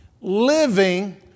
living